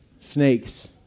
snakes